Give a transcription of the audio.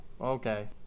Okay